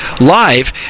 live